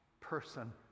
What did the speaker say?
person